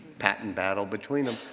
patent battle between them.